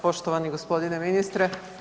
Poštovani g. ministre.